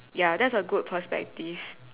ya that's a good perspective